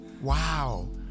Wow